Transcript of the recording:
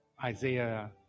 Isaiah